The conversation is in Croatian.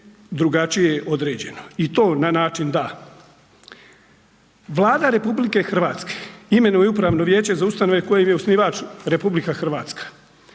drugačije određeno. I to na način da Vlada RH imenuje upravno vijeće za ustanove kojem je osnivač RH. Izvršno